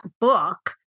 book